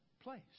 place